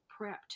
prepped